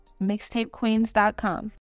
mixtapequeens.com